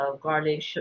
Garlic